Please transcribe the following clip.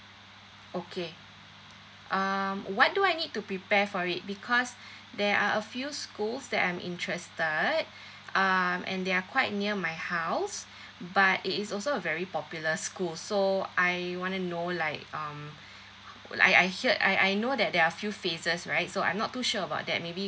okay um what do I need to prepare for it because there are a few schools that I'm interested um and they're quite near my house but it is also a very popular school so I you want to know like um I I hear I I know that there are few phases right so I'm not too sure about that maybe